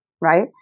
right